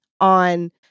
on